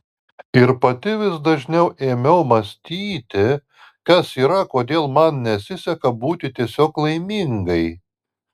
ir pati vis dažniau ėmiau mąstyti kas yra kodėl man nesiseka būti tiesiog laimingai